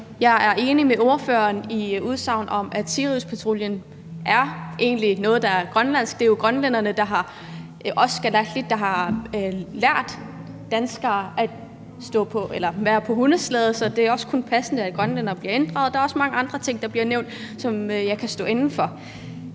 Jeg er enig med ordføreren i udsagnet om, at Siriuspatruljen egentlig er noget, der er grønlandsk. Det er jo grønlænderne, der har lært danskerne at være på en hundeslæde, så det er også kun passende, at grønlændere bliver inddraget, og der er også mange andre ting, der bliver nævnt, som jeg kan stå inde for.